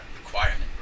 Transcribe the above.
requirement